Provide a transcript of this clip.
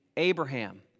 Abraham